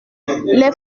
les